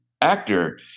actor